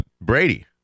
Brady